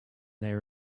there